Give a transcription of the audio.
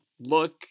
look